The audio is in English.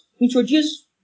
introduce